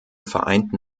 vereinten